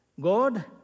God